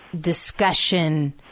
Discussion